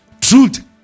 truth